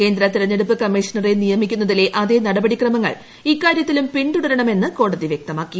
കേന്ദ്ര തെരഞ്ഞെടുപ്പ് കമ്മീഷണറെ നിയമിക്കുന്നതിലെ അതേ നടപടിക്രമങ്ങൾ ഇക്കാര്യത്തിൽ ലും പിന്തുടരണമെന്ന് കോടതി വ്യക്തമാക്കി